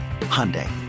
Hyundai